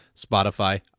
Spotify